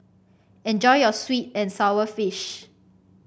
enjoy your sweet and sour fish